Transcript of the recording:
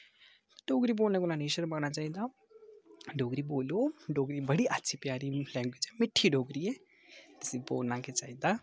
डोगरी बोलने कोला नी शरमाना चाहिदा डोगरी बोलो डोगरी बड़ी अच्छी प्यारी लैंग्वेज़ ऐ मिट्ठी डोगरी ऐ इसी बोलना गै चाहिदा